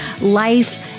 life